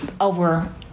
over